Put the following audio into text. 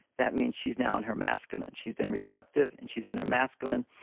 that means she's now in her masculine. she's been receptive and she's in a masculine.